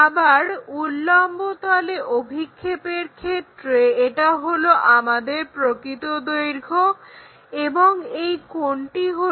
আবার উল্লম্বতলে অভিক্ষেপের ক্ষেত্রে এটা হলো আমাদের প্রকৃত দৈর্ঘ্য এবং এই কোণটি হলো